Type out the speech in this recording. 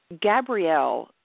Gabrielle